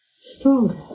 stronger